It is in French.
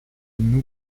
nous